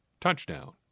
touchdown